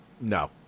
No